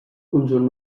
conjunt